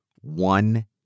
one